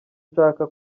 nshaka